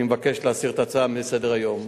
אני מבקש להסיר את ההצעה מסדר-היום.